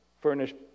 furnished